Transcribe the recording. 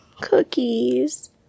Cookies